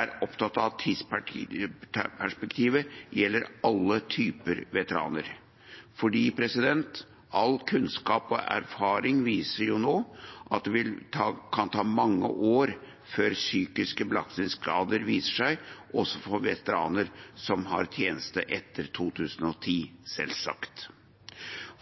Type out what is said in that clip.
er opptatt av at tidsperspektivet gjelder alle typer veteraner, fordi all kunnskap og erfaring nå viser at det kan ta mange år før psykiske belastningsskader viser seg, også for veteraner som har hatt tjeneste etter 2010, selvsagt.